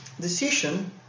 decision